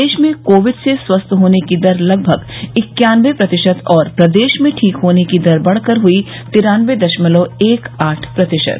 देश में कोविड से स्वस्थ होने की दर लगभग इक्यानबे प्रतिशत और प्रदेश में ठीक होने की दर बढ़कर हुई तिरान्नबे दशमलव एक आठ प्रतिशत